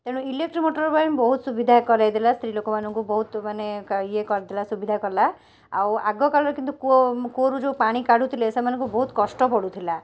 ତେଣୁ electric motor ପାଇଁ ବହୁତ ସୁବିଧା କରେଇ ଦେଲା ସ୍ତ୍ରୀଲୋକମାନଙ୍କୁ ବହୁତ ମାନେ ଇଏ କରିଦେଲା ସୁବିଧା କଲା ଆଉ ଆଗକାଳରେ କିନ୍ତୁ କୂଅ କୂଅରୁ ଯୋଉ ପାଣି କାଢ଼ୁଥିଲେ ସେମାନଙ୍କୁ ବହୁତ କଷ୍ଟ ପଡ଼ୁଥିଲା